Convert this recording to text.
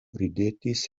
ridetis